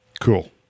Cool